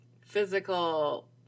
physical